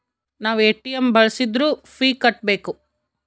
ನಾವ್ ಎ.ಟಿ.ಎಂ ಬಳ್ಸಿದ್ರು ಫೀ ಕಟ್ಬೇಕು